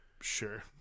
Sure